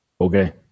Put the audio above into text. Okay